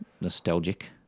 nostalgic